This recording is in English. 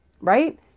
right